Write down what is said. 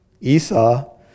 Esau